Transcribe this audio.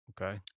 Okay